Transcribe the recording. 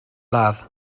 ladd